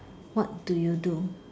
what do you do